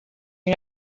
you